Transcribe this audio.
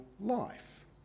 life